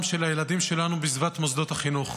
של הילדים שלנו בסביבת מוסדות החינוך.